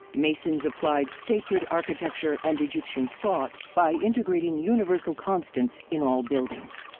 masons applied sacred architecture and egyptian thought by integrating universal constants in all buildings.